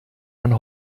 man